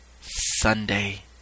Sunday